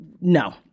no